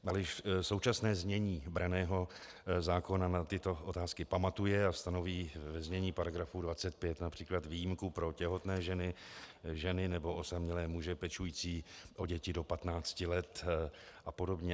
Ale již současné znění branného zákona na tyto otázky pamatuje a stanoví ve znění § 25 například výjimku pro těhotné ženy nebo osamělé muže pečující o děti do 15 let a podobně.